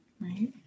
right